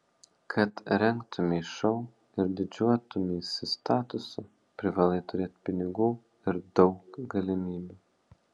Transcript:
kad rengtumei šou ir didžiuotumeisi statusu privalai turėti pinigų ir daug galimybių